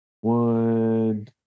one